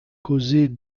causer